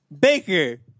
Baker